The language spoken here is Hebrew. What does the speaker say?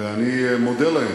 ואני מודה להם